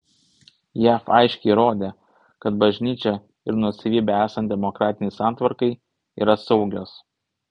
jav aiškiai rodė kad bažnyčia ir nuosavybė esant demokratinei santvarkai yra saugios